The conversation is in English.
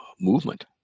movement